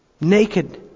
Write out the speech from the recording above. naked